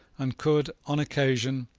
and could, on occasion,